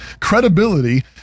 credibility